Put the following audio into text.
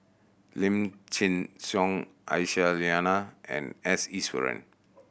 Lim Chin Siong Aisyah Lyana and S Iswaran